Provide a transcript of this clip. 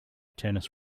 tennis